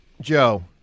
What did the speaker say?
Joe